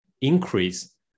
increase